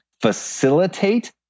facilitate